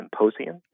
symposium